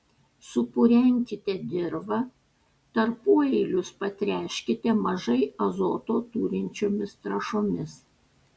supurenkite dirvą tarpueilius patręškite mažai azoto turinčiomis trąšomis